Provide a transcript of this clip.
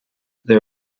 there